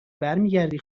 برمیگردی